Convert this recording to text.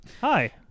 Hi